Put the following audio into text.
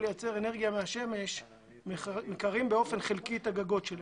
לייצר אנרגיה מהשמש מקרים באופן חלקי את הגגות שלהם.